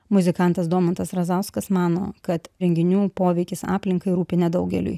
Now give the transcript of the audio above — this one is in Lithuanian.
muzikantas domantas razauskas mano kad renginių poveikis aplinkai rūpi nedaugeliui